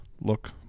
look